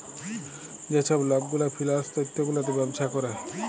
যে ছব লক গুলা ফিল্যাল্স তথ্য গুলাতে ব্যবছা ক্যরে